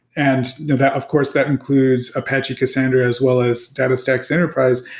and that of course that includes apache cassandra, as well as datastax enterprise.